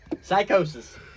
Psychosis